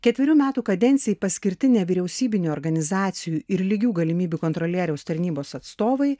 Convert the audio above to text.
ketverių metų kadencijai paskirti nevyriausybinių organizacijų ir lygių galimybių kontrolieriaus tarnybos atstovai